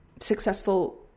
successful